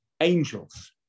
angels